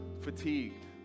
fatigued